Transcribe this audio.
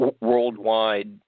worldwide